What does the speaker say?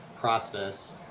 process